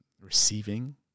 receiving